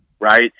Right